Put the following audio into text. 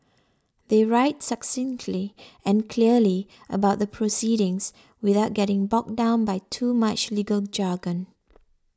they write succinctly and clearly about the proceedings without getting bogged down by too much legal jargon